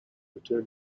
return